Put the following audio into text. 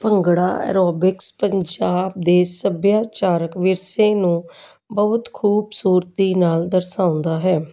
bhangra aerobics Punjab ਦੇ ਸਭਿਆਚਾਰਕ ਵਿਰਸੇ ਨੂੰ ਬਹੁਤ ਖੂਬਸੂਰਤੀ ਨਾਲ ਦਰਸਾਉਂਦਾ ਹੈ